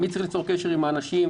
מי צריך ליצור קשר עם האנשים,